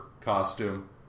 costume